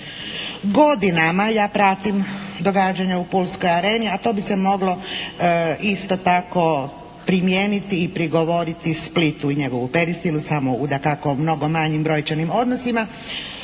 Godinama ja pratim događanja u pulskoj Areni a to bi se moglo isto tako primijeniti i prigovoriti i Splitu i njegovu Peristilu samo u dakako mnogo manjim brojčanim odnosima.